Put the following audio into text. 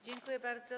Dziękuję bardzo.